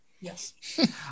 Yes